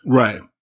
right